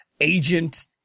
agent